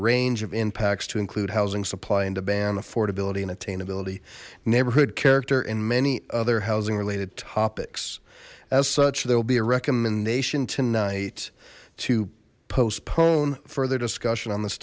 range of impacts to include housing supply and demand affordability and attainability neighborhood character and many other housing related topics as such there will be a recommendation tonight to postpone further discussion on this